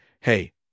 hey